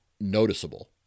noticeable